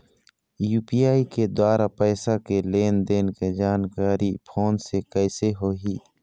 UPI के द्वारा पैसा के लेन देन के जानकारी फोन से कइसे होही?